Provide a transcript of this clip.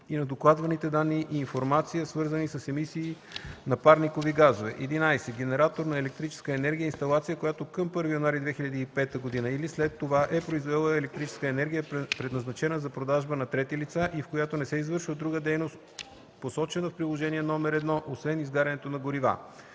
и на докладваните данни и информация, свързани с емисии на парникови газове. 11. „Генератор на електрическа енергия” е инсталация, която към 1 януари 2005 г. или след това е произвела електрическа енергия, предназначена за продажба на трети лица, и в която не се извършва друга дейност, посочена в приложение № 1, освен изгарянето на горива.